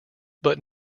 but